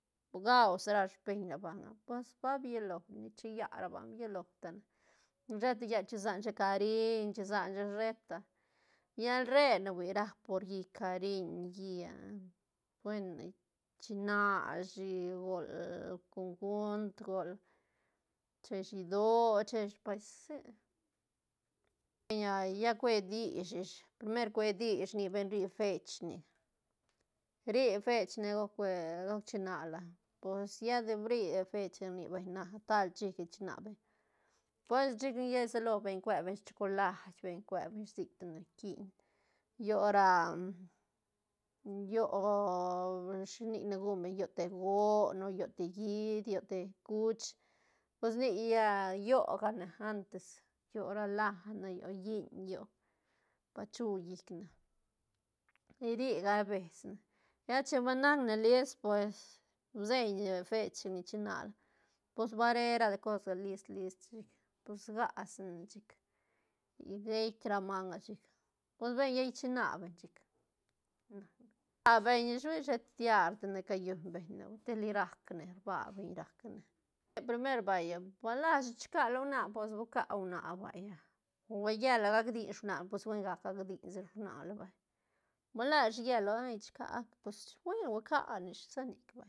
Gau si ra speñla ba nac pues ba bilone chilla ra banga bilo tene sheta llel chisan shi cariñ chisan shi sheta llal re ne hui rap por lli cariñ gia buen china shi jol congunt jol cheshi idoö cheshi pues sic, beñ a lla cue dich ish pirmer cue dich rni beñ rri fech ni rri fech ne don cue guc chinla pos lla de bri fechga rni beñ na tal shíga china beñ, pues chic lla salo beñ cue beñ chocolait beñ cue beñ shi sictine kiñ llo ra llo shine guñ beñ llo te goon o llo te hiit, llo te cuch pos nic lla llo gane antes, llo ra lane, llo lliñ llo pa chu llicne, ruga bes ne lla chin ba nac ne list pues bseñ fech ni china la pos ba re ra cosga list- list chic pus gasine chic í geitk ra manga chic pues beñ lla ichina beñ chic rba beñ ish hui shet diar di ne calluñ beñ ne hui teli rac ne rba beñ rac ne, primer vaya ba lashi chicala huana pos hui ca huana vaya o llela gac diñ shuanala pues buen gac gac diñ sa shuanala vay, va lashi lle loa hay chica pues buen hui ca ish shisa nic vay.